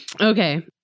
Okay